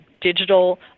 digital